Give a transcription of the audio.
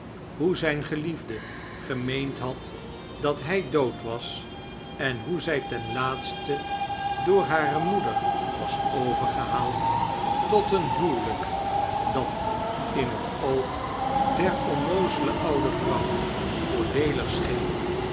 hoe zijn geliefde gemeend had dat hij dood wasi en hoe zij ten laatste door hare moeder was overgehaald tot een huwelijk dat in het oog der onnoozele oude vrouw voordeelig